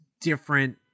different